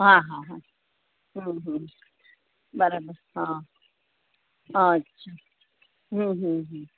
હા હા હા હં હ બરાબર હા અચ્છા હમ હ હ